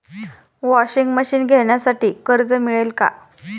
Washing machine घेण्यासाठी कर्ज मिळेल का?